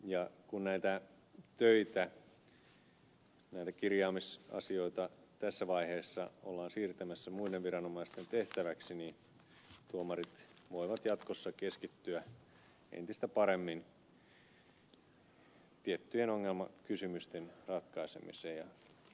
ja kun näitä töitä näitä kirjaamisasioita tässä vaiheessa ollaan siirtämässä muiden viranomaisten tehtäväksi niin tuomarit voivat jatkossa keskittyä entistä paremmin tiettyjen ongelmakysymysten ratkaisemiseen